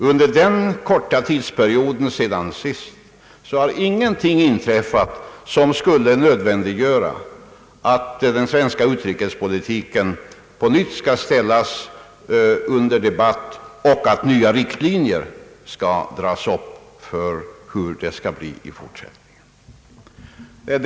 Under denna korta tidsperiod har ingenting inträffat som skulle nödvändiggöra att den svenska utrikespolitiken på nytt ställs under debatt och att nya riktlinjer dras upp för hur det skall bli i fortsättningen.